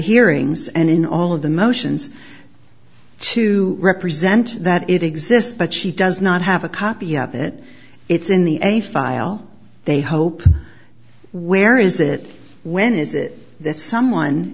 hearings and in all of the motions to represent that it exists but she does not have a copy of it it's in the a file they hope where is it when is it that someone